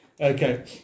Okay